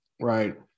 right